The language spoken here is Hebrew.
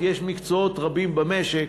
כי יש מקצועות רבים במשק